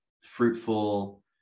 fruitful